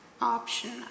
option